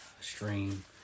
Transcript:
stream